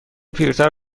پیرتر